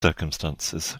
circumstances